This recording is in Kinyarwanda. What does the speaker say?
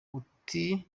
ati